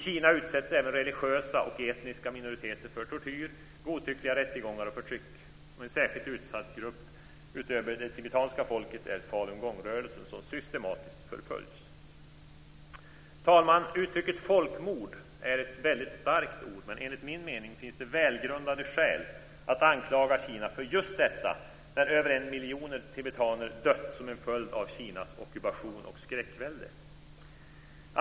I Kina utsätts även religiösa och etniska minoriteter för tortyr, godtyckliga rättegångar och förtryck. Fru talman! Uttrycket folkmord är ett väldigt starkt ord, men enligt min mening finns det välgrundade skäl att anklaga Kina för just detta när över en miljon tibetaner dött som en följd av Kinas ockupation och skräckvälde.